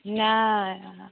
नहि